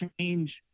change